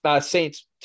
Saints